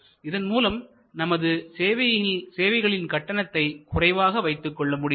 இதன் மூலம் நமது சேவைகளின் கட்டணத்தை குறைவாக வைத்துக் கொள்ள முடிகிறது